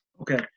okay